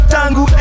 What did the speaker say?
Tango